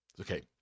Okay